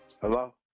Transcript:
Hello